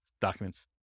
documents